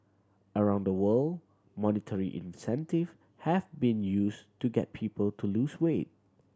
around the world monetary incentive have been used to get people to lose weight